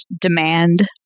demand